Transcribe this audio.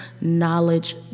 knowledge